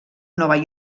nova